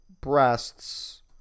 breasts